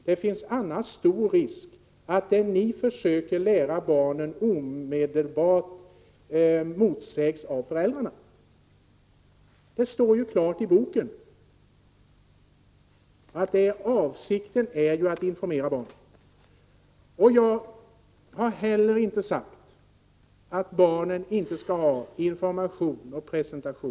Det finns annars stor risk att det ni försöker lära barnen omedelbart motsägs av föräldrarna.” Det står klart i boken att avsikten är att informera barnen. Jag har inte sagt att barnen inte skall ha information och presentation.